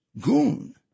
goon